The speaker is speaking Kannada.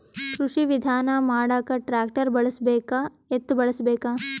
ಕೃಷಿ ವಿಧಾನ ಮಾಡಾಕ ಟ್ಟ್ರ್ಯಾಕ್ಟರ್ ಬಳಸಬೇಕ, ಎತ್ತು ಬಳಸಬೇಕ?